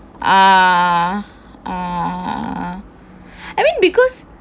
ah I mean because